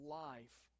life